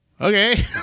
Okay